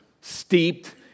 steeped